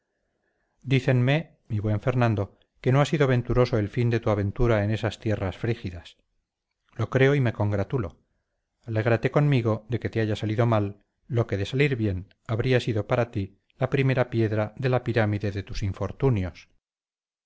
toledo dícenme mi buen fernando que no ha sido venturoso el fin de tu aventura en esas tierras frígidas lo creo y me congratulo alégrate conmigo de que te haya salido mal lo que de salir bien habría sido para ti la primera piedra de la pirámide de tus infortunios